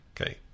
Okay